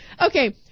Okay